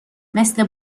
مثل